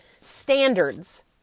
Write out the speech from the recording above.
Standards